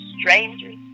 strangers